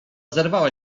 zerwała